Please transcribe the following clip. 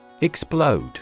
Explode